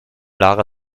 lara